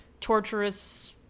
torturous